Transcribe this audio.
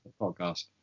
podcast